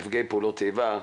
נפגעי פעולות איבה,